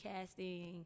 casting